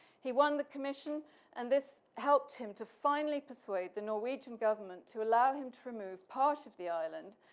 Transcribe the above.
he won the commission and this helped him to finally persuade the norwegian government to allow him to remove part of the island,